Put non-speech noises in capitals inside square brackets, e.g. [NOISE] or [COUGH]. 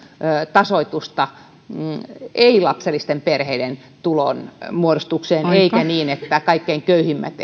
tasoitusta ei lapsellisten perheiden tulonmuodostukseen eikä niin että kaikkein köyhimmät [UNINTELLIGIBLE]